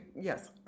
Yes